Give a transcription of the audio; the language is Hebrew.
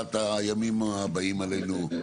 לקראת הימים הבאים עלינו.